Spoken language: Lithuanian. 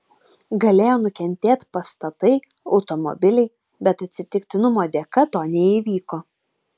galėjo nukentėt pastatai automobiliai bet atsitiktinumo dėka to neįvyko